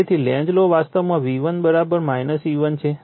તેથી Lenz law વાસ્તવમાં V1 E1 છે